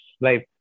life